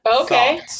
okay